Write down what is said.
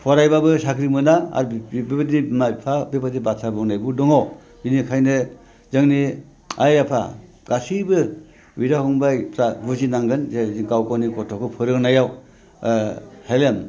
फरायब्लाबो साख्रि मोना आरो बेबायदि बिमा बिफा बेबादि बाथ्रा बुंनायबो दङ बिनिखायनो जोंनि आइ आफा गासैबो बिदा फंबायफ्रा बुजिनांगोन जे गावगावनि गथ'खौ फोरोंनायाव